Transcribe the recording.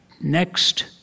Next